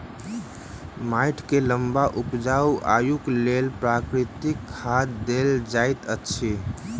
माइट के लम्बा उपजाऊ आयुक लेल प्राकृतिक खाद देल जाइत अछि